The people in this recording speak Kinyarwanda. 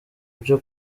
byo